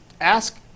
ask